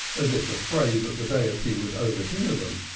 as if afraid that the deity would overhear them.